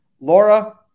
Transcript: Laura